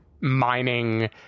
mining